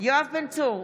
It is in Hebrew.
יואב בן צור,